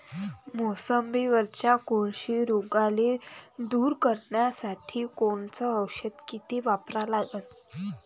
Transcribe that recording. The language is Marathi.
मोसंबीवरच्या कोळशी रोगाले दूर करासाठी कोनचं औषध किती वापरा लागन?